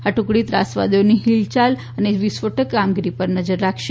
આ ટુકડી ત્રાસવાદીઓની હિલયાલ અને વિસ્ફોટોક કામગીરી ઉપર નજર રાખશે